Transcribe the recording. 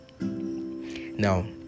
now